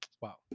Wow